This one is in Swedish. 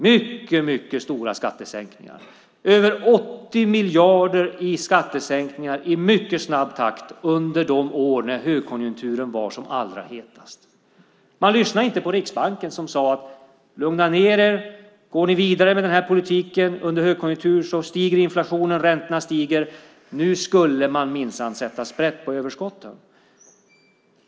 Man genomför mycket stora skattesänkningar, över 80 miljarder i skattesänkningar i mycket snabb takt under de år när högkonjunkturen var som allra hetast. Man lyssnade inte på Riksbanken som sade: Lugna ned er! Går ni vidare med den här politiken under högkonjunkturen stiger inflationen, räntorna stiger.